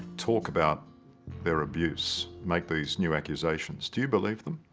talked about their abuse make these new accusations. do you believe them?